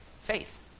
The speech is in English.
faith